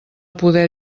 poder